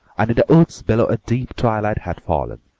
and in the woods below a deep twilight had fallen.